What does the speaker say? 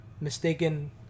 mistaken